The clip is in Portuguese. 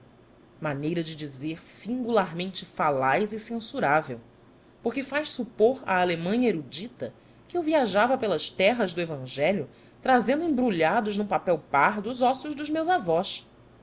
maneira de dizer singularmente falaz e censurável porque faz supor a alemanha erudita que eu viajava pelas terras do evangelho trazendo embrulhados num papel pardo os ossos dos meus avós